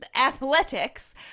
athletics